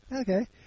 Okay